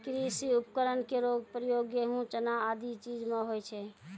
कृषि उपकरण केरो प्रयोग गेंहू, चना आदि चीज म होय छै